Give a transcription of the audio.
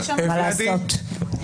מה לעשות?